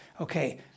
Okay